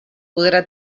podrà